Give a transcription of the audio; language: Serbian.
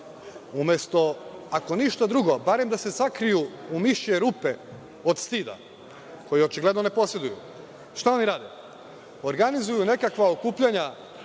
umesto, ako ništa drugo, barem da se sakriju u mišje rupe od stida, koji očigledno ne poseduju, šta oni rade? Organizuju nekakva okupljanja